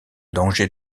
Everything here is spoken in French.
danger